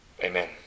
Amen